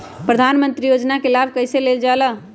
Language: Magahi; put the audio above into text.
प्रधानमंत्री योजना कि लाभ कइसे लेलजाला?